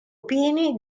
pini